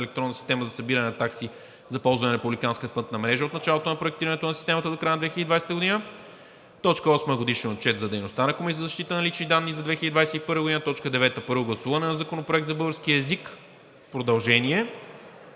електронна система за събиране на такси за ползване на републиканска пътна мрежа от началото на проектирането на системата до края на 2020 г. 8. Годишен отчет за дейността на Комисията за защита на личните данни за 2021 г. 9. Първо гласуване на Законопроекта за българския език – продължение.